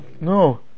No